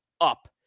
up